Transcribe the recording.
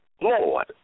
Lord